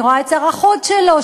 אני רואה את שר החוץ שלו,